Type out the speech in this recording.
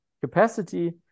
capacity